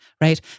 right